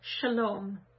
shalom